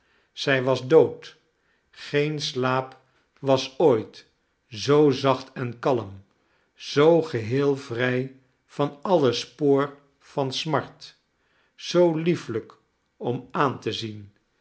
zij was dood geen slaap was ooit zoo zacht en kalm zoo geheel vrij van alle spoor van smart zoo liefelijk om aan te zien